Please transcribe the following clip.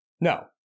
No